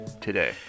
today